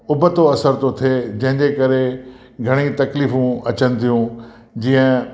उबतो असरु थो थिए जंहिंजे करे घणे ई तकलीफ़ूं अचनि थियूं जीअं